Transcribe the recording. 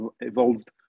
evolved